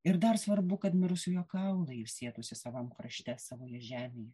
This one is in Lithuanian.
ir dar svarbu kad mirusiojo kaulai ilsėtųsi savam krašte savoje žemėje